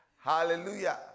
Hallelujah